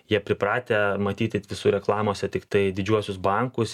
jie pripratę matyti visur reklamose tiktai didžiuosius bankus